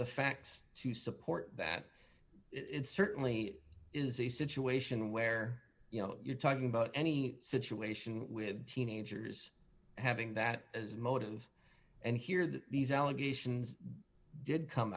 the facts to support that it certainly is a situation where you know you're talking about any situation with teenagers having that as motive and here that these allegations did come